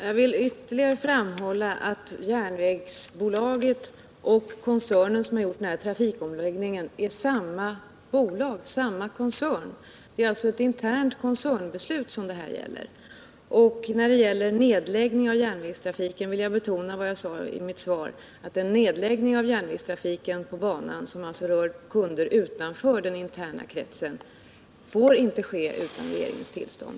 Herr talman! Jag vill än en gång framhålla att järnvägsbolaget och bolaget som har gjort trafikomläggningen är praktiskt taget samma bolag. Det är alltså ett internt koncernbeslut som detta gäller. Beträffande nedläggningen av järnvägstrafiken vill jag betona vad jag sade i mitt svar, nämligen att en nedläggning av järnvägstrafiken på banan som rör kunder utanför den interna kretsen inte får ske utan regeringens tillstånd.